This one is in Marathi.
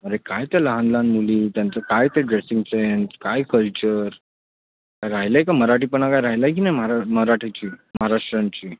अरे काय त्या लहान लहान मुली त्यांचं काय ते ड्रेसिंग सेंस काय कल्चर काय राहिलं आहे का मराठीपणा काय राहिलं आहे की नाही मारा मराठीची महाराष्ट्रांची